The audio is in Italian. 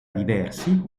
diversi